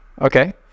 okay